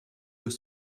deux